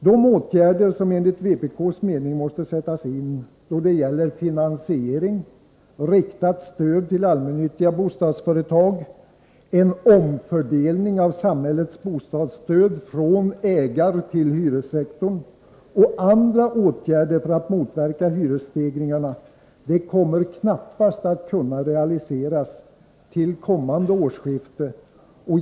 De åtgärder som enligt vpk:s mening måste sättas in beträffande finansiering, riktat stöd till allmännyttiga bostadsföretag och en omfördelning av samhällets bostadsstöd från ägartill hyressektorn, liksom andra åtgärder för att motverka hyresstegringarna, kommer knappast att kunna realiseras till kommande årsskifte.